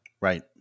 Right